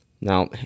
Now